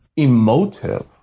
emotive